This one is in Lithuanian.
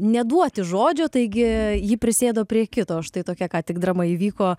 neduoti žodžio taigi ji prisėdo prie kito štai tokia ką tik drama įvyko